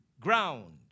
ground